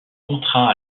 contraint